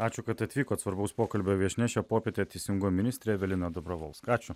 ačiū kad atvykot svarbaus pokalbio viešnia šią popietę teisingo ministrė evelina dabravolska ačiū